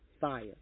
Fire